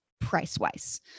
price-wise